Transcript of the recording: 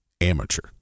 Amateur